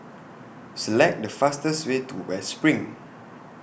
Select The fastest Way to West SPRING